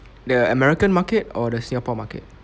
the american market or the singapore market